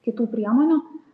kitų priemonių